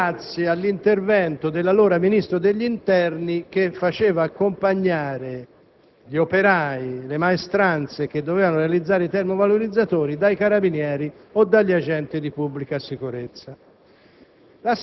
grazie all'intervento dell'allora Ministro dell'interno che faceva accompagnare gli operai, le maestranze, che dovevano realizzarli dai carabinieri o dagli agenti di pubblica sicurezza.